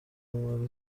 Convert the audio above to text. اومد